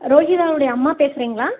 ரோஹிதா உடைய அம்மா பேசுறிங்களா